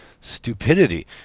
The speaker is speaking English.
stupidity